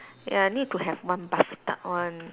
ya need to have one bathtub one